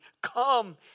Come